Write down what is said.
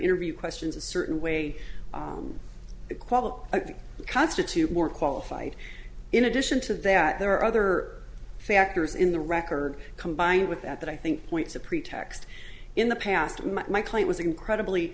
terview questions a certain way to qualify i think constitute more qualified in addition to that there are other factors in the record combined with that that i think points a pretext in the past my client was incredibly